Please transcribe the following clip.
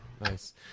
Nice